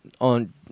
on